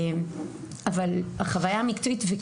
אבל החוויה המקצועית היא טובה.